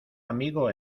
amigo